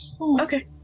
Okay